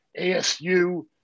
ASU